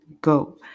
go